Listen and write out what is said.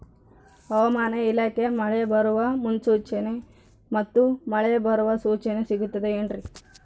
ಹವಮಾನ ಇಲಾಖೆ ಮಳೆ ಬರುವ ಮುನ್ಸೂಚನೆ ಮತ್ತು ಮಳೆ ಬರುವ ಸೂಚನೆ ಸಿಗುತ್ತದೆ ಏನ್ರಿ?